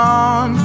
on